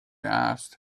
asked